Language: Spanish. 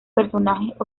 personajes